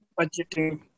budgeting